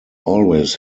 always